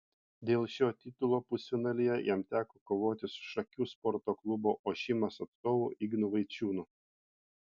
dėl šio titulo pusfinalyje jam teko kovoti su šakių sporto klubo ošimas atstovu ignu vaičiūnu